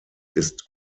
ist